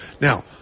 Now